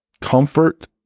comfort